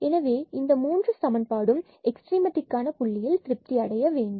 எனவே இந்த மூன்று சமன்பாடும் எக்ஸ்ட்ரீமத்திற்கான புள்ளியில் திருப்தி அடைய வேண்டும்